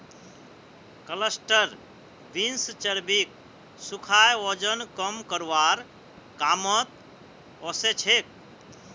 cluster beans चर्बीक सुखाए वजन कम करवार कामत ओसछेक